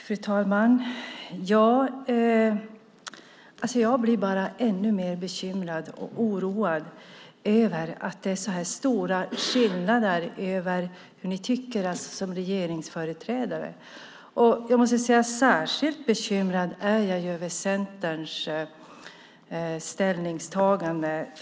Fru talman! Jag blir bara ännu mer bekymrad och oroad över att det är så stora skillnader i hur ni tycker som regeringsföreträdare. Jag måste säga att jag är särskilt bekymrad över Centerns ställningstagande.